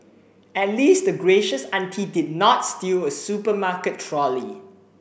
at least the gracious auntie did not steal a supermarket trolley